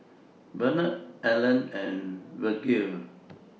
Benard Allen and Virgle